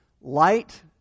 Light